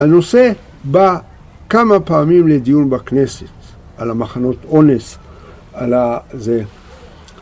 הנושא בא כמה פעמים לדיון בכנסת, על המחנות אונס, על ה... זה...